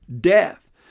death